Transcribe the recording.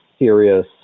serious